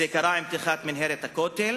זה קרה עם פתיחת מנהרת הכותל